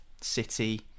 city